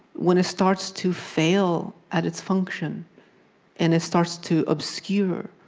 when it starts to fail at its function and it starts to obscure,